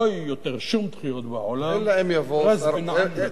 לא יהיו יותר שום דחיות בעולם, ראס בין עינו.